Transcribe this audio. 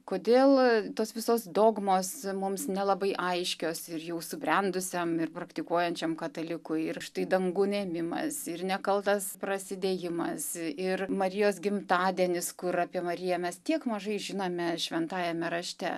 kodėl tos visos dogmos mums nelabai aiškios ir jau subrendusiam ir praktikuojančiam katalikui ir štai dangun ėmimas ir nekaltas prasidėjimas ir marijos gimtadienis kur apie mariją mes tiek mažai žinome šventajame rašte